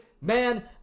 Man